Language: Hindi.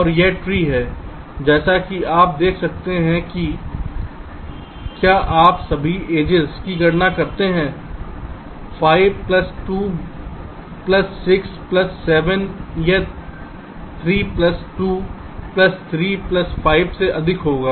और यह ट्री है जैसा कि आप देख सकते हैं कि क्या आप सभी एजेस की गणना करते हैं 5 प्लस 2 प्लस 6 प्लस 7 यह 3 प्लस 2 प्लस 3 प्लस 5 से अधिक होगा